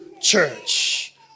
church